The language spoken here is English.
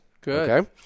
Good